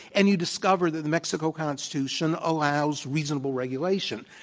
and you discover that the mexican constitution allows reasonable regulation.